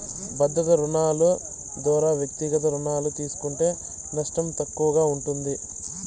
భద్రతా రుణాలు దోరా వ్యక్తిగత రుణాలు తీస్కుంటే నష్టం తక్కువగా ఉంటుంది